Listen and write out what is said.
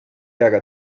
haga